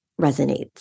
resonates